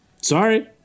Sorry